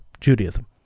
Judaism